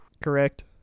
Correct